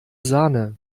sahne